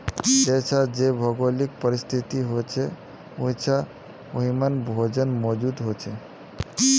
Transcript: जेछां जे भौगोलिक परिस्तिथि होछे उछां वहिमन भोजन मौजूद होचे